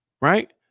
Right